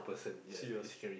serious